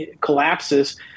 collapses